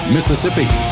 Mississippi